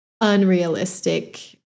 unrealistic